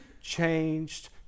changed